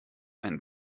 einen